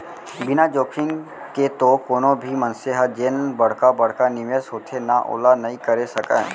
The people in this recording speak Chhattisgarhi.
बिना जोखिम के तो कोनो भी मनसे ह जेन बड़का बड़का निवेस होथे ना ओला नइ करे सकय